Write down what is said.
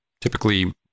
typically